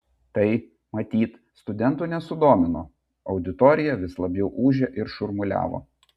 tai matyt studentų nesudomino auditorija vis labiau ūžė ir šurmuliavo